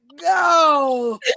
go